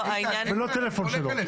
ולא את מספר הטלפון שלו.